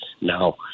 now